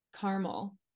caramel